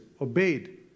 obeyed